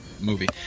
movie